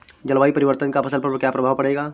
जलवायु परिवर्तन का फसल पर क्या प्रभाव पड़ेगा?